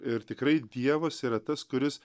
ir tikrai dievas yra tas kuris